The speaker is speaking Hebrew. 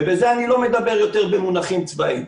ומכאן אני לא מדבר יותר במונחים צבאיים.